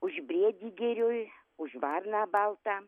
už briedį girioj už varną baltą